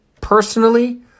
personally